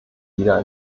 wieder